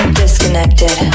disconnected